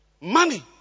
Money